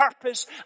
purpose